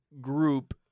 group